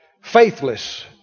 faithless